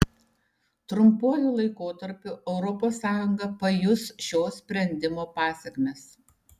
trumpuoju laikotarpiu europos sąjunga pajus šio sprendimo pasekmes